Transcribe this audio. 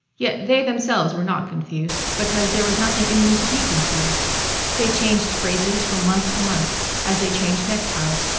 yet they themselves were not confused, because there was nothing in them to be confused they changed phrases from month to month as they changed neckties.